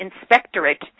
Inspectorate